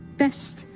best